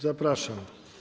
Zapraszam.